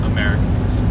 Americans